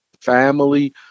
family